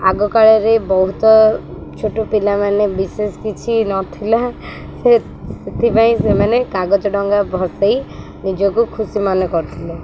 ଆଗ କାଳରେ ବହୁତ ଛୋଟ ପିଲାମାନେ ବିଶେଷ କିଛି ନଥିଲା ସେ ସେଥିପାଇଁ ସେମାନେ କାଗଜ ଡ଼ଙ୍ଗା ଭସେଇ ନିଜକୁ ଖୁସି ମନେ କରଥିଲେ